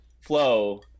flow